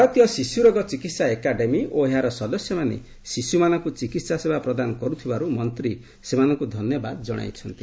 ଭାରତୀୟ ଶିଶୁ ରୋଗ ଚିକିତ୍ସା ଏକାଡେମୀ ଓ ଏହାର ସଦସ୍ୟମାନେ ଶିଶୁମାନଙ୍କୁ ଚିକିତ୍ସା ସେବା ପ୍ରଦାନ କରୁଥିବାରୁ ମନ୍ତ୍ରୀ ସେମାନଙ୍କୁ ଧନ୍ୟବାଦ ଜଣାଇଛନ୍ତି